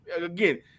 again